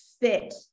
fit